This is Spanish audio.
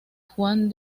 juan